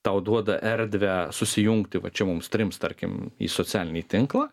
tau duoda erdvę susijungti va čia mums trims tarkim į socialinį tinklą